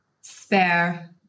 spare